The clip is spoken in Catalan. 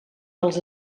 dels